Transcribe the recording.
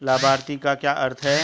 लाभार्थी का क्या अर्थ है?